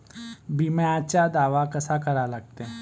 बिम्याचा दावा कसा करा लागते?